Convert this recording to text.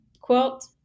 quilt